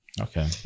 okay